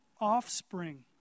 offspring